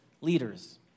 leaders